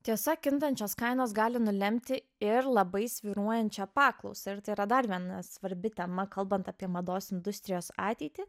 tiesa kintančios kainos gali nulemti ir labai svyruojančią paklausą ir tai yra dar viena svarbi tema kalbant apie mados industrijos ateitį